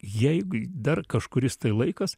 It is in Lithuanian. jeigu dar kažkuris tai laikas